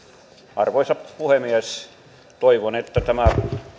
arvoisa puhemies toivon että tämä